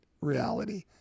reality